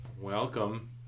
welcome